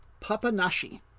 Papanashi